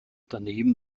daneben